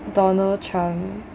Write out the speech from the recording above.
donald trump